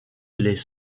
les